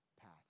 path